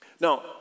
Now